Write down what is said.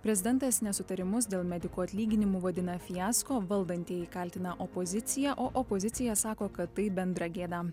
prezidentas nesutarimus dėl medikų atlyginimų vadina fiasko valdantieji kaltina opoziciją o opozicija sako kad tai bendra gėda